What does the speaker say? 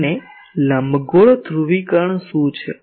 અને લંબગોળ ધ્રુવીકરણ શું છે